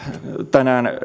tänään